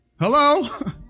Hello